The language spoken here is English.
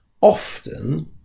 often